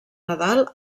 nadal